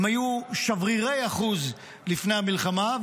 הם היו שברירי אחוז לפני המלחמה,